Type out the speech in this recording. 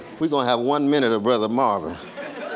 we're going to have one minute of brother marvin.